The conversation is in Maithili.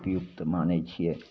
उपयुक्त मानै छिए